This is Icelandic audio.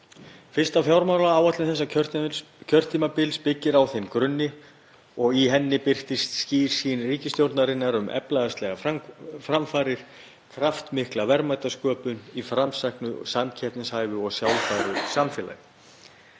Fyrsta fjármálaáætlun þessa kjörtímabils byggir á þeim grunni og í henni birtist skýr sýn ríkisstjórnarinnar um efnahagslegar framfarir og kraftmikla verðmætasköpun í framsæknu, samkeppnishæfu og sjálfbæru samfélagi.